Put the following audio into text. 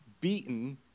beaten